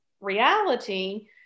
reality